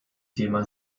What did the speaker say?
thema